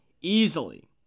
easily